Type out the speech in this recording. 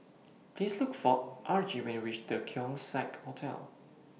Please Look For Argie when YOU REACH The Keong Saik Hotel